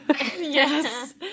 Yes